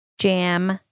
jam